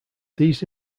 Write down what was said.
these